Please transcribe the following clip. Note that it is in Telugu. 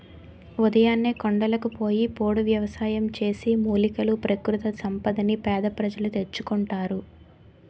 ఉదయాన్నే కొండలకు పోయి పోడు వ్యవసాయం చేసి, మూలికలు, ప్రకృతి సంపదని పేద ప్రజలు తెచ్చుకుంటారు